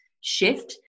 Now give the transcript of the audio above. shift